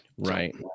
right